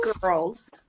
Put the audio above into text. girls